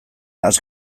has